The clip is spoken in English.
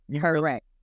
Correct